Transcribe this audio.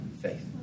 Faith